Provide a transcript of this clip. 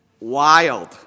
Wild